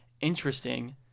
interesting